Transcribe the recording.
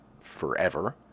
forever